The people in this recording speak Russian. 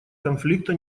конфликта